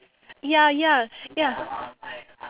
ya ya ya